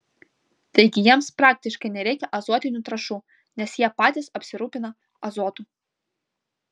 taigi jiems praktiškai nereikia azotinių trąšų nes jie patys apsirūpina azotu